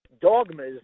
dogmas